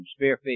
Spearfish